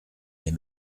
les